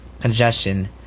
congestion